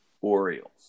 Orioles